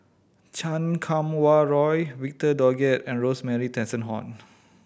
Chan Kum Wah Roy Victor Doggett and Rosemary Tessensohn